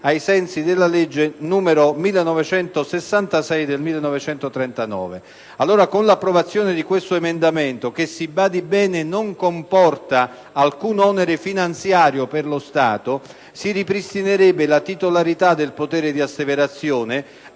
ai sensi della legge n. 1966 del 1939. Con l'approvazione di questo emendamento, che - si badi bene - non comporta alcun onere finanziario per lo Stato, si ripristinerebbe la titolarità del potere di asseverazione